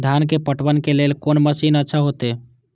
धान के पटवन के लेल कोन मशीन अच्छा होते?